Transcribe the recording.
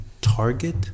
target